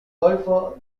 golfo